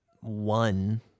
one